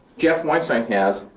jeff weinstein has,